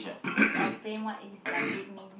please explain what is does it mean